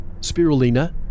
spirulina